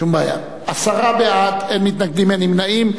עשרה בעד, אין מתנגדים, אין נמנעים.